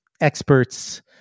experts